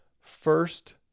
first